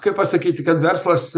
kaip pasakyti kad verslas